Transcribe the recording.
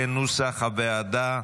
כנוסח הוועדה.